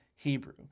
Hebrew